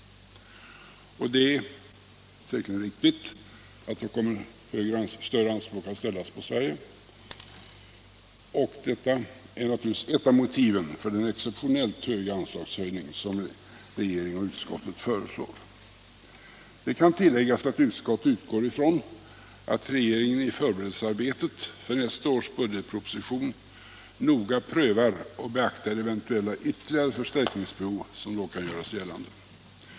Det är säkerligen riktigt att det då kommer att ställas högre anspråk på Sverige. Detta är naturligtvis ett av motiven för den exceptionellt stora anslagshöjning som regeringen och utskottet föreslår. Det kan tilläggas att utskottet utgår från att regeringen i förberedelsearbetet för nästa års budgetproposition noga prövar och beaktar eventuella ytterligare förstärkningsbehov som då kan göras gällande.